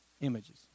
images